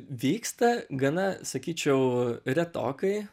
vyksta gana sakyčiau retokai